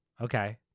Okay